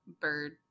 bird